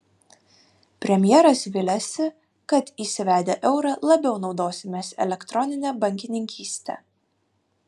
premjeras viliasi kad įsivedę eurą labiau naudosimės elektronine bankininkyste